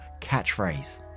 catchphrase